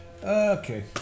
Okay